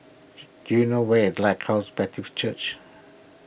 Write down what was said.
do you know where Lighthouse Baptist Church